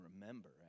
remember